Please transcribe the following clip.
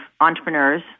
entrepreneurs